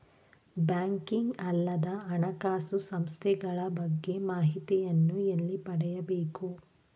Banking ಅಲ್ಲದ ಹಣಕಾಸು ಸಂಸ್ಥೆಗಳ ಬಗ್ಗೆ ಮಾಹಿತಿಯನ್ನು ಎಲ್ಲಿ ಪಡೆಯಬೇಕು?